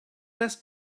less